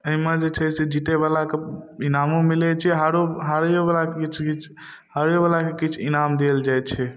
एहिमे जे छै से जितैवलाके इनामो मिलै छै हर हारैओवलाके किछु किछु हारैओवलाके किछु इनाम देल जाए छै